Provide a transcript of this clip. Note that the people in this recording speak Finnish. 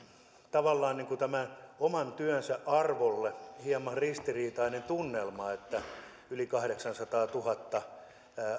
tavallaan tämän oman työn arvolle hieman ristiriitainen tunnelma siitä että kun on yli kahdeksansataatuhatta